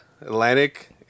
atlantic